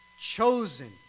chosen